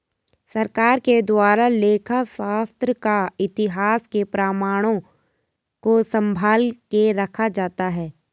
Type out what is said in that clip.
सरकार के द्वारा लेखा शास्त्र का इतिहास के प्रमाणों को सम्भाल के रखा जाता है